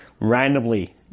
randomly